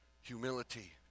Humility